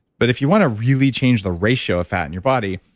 but if you want to really change the ratio of fat in your body,